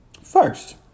first